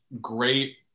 great